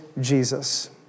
Jesus